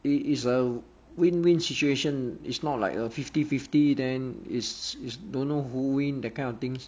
it it is a win win situation it's not like a fifty fifty then it's it's don't know who when the kind of things